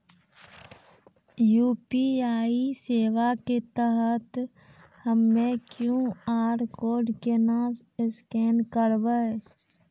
UPI सेवा के तहत हम्मय क्यू.आर कोड केना स्कैन करबै?